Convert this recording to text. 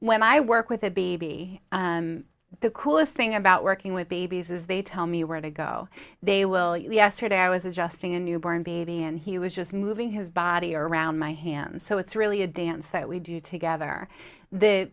when i work with a baby the coolest thing about working with babies is they tell me where they go they will you yesterday i was adjusting a new born baby and he was just moving his body around my hand so it's really a dance that we do together the